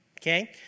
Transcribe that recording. Okay